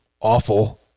awful